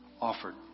offered